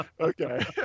okay